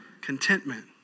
Contentment